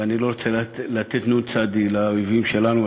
ואני לא רוצה לתת נ"צ לאויבים שלנו,